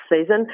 season